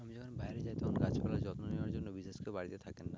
আমি যখন বাইরে যাই তখন গাছপালার যত্ন নেওয়ার জন্য বিশেষ কেউ বাড়িতে থাকেন না